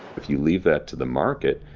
if you leave that to the markets,